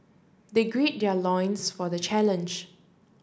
they grid their loins for the challenge